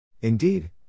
Indeed